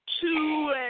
two